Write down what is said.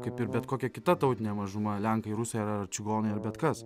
kaip ir bet kokia kita tautinė mažuma lenkai rusai ar ar čigonai ar bet kas